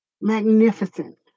magnificent